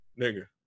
nigga